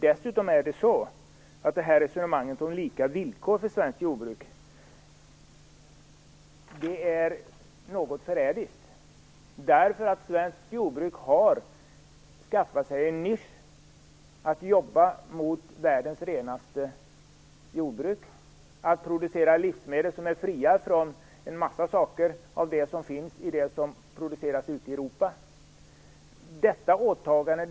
Dessutom är resonemanget om lika villkor för svenskt jordbruk något förrädiskt. Svenskt jordbruk har skaffat sig en nisch, nämligen att arbeta mot målet världens renaste jordbruk och att producera livsmedel som är fria från sådant som finns i det som produceras ute i Europa.